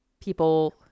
people